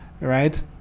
right